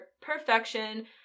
perfection